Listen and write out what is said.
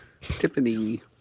Tiffany